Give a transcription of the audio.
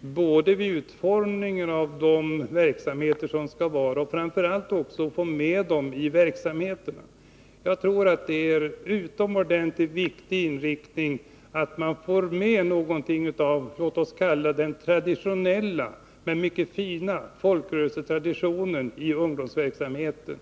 både vid utformningen av de verksamheter som skall bedrivas och när det gäller att få med de unga i verksamheten. Jag tror att det är utomordentligt viktigt att man får med något av det traditionella och mycket fina folkrörelsearbetet i ungdomsverksamheten.